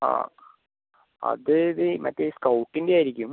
ആ അത് ഇത് മറ്റേ സ്കൗട്ടിൻ്റെ ആയിരിക്കും